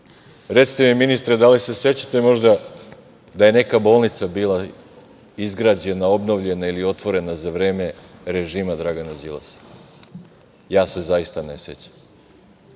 mi ministre, da li se sećate možda da je neka bolnica bila izgrađena, obnovljena ili otvorena za vreme režima Dragana Đilasa? Ja se zaista ne sećam.